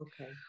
Okay